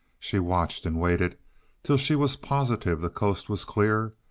she watched and waited till she was positive the coast was clear,